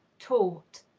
taught.